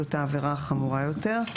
זאת העבירה החמורה יותר.